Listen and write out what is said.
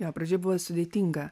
jo pradžia buvo sudėtinga